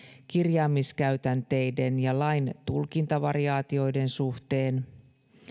kirjaamiskäytänteiden ja lain tulkintavariaatioiden suhteen